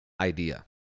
idea